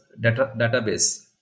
database